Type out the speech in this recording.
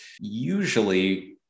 usually